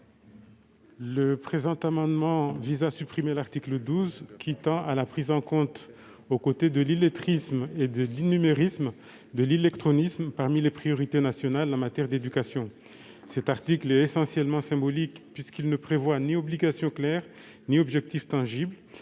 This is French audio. Cet amendement vise à supprimer l'article 12, qui prévoit la prise en compte, à côté de l'illettrisme et de l'innumérisme, de l'illectronisme parmi les priorités nationales en matière d'éducation. Cet article est essentiellement symbolique, puisqu'il ne prévoit ni obligation claire ni objectif tangible.